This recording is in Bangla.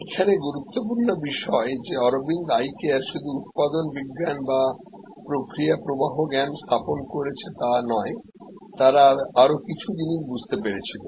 এখানে গুরুত্বপূর্ণ বিষয় যে অরবিন্দ আইকেয়ারশুধু উৎপাদন বিজ্ঞানবাপ্রক্রিয়া প্রবাহ জ্ঞান স্থাপন করেছে তা শুধু নয়তারা আরো কিছু জিনিস বুঝতে পেরেছিল